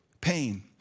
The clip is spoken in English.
Pain